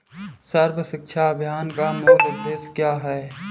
सर्व शिक्षा अभियान का मूल उद्देश्य क्या है?